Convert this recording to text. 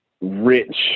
rich